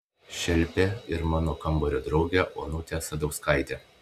šelpė ir mano kambario draugę onutę sadauskaitę